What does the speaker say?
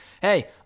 hey